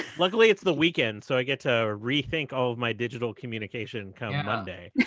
luckily, it's the weekend so i get to rethink all of my digital communication come monday.